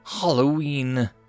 Halloween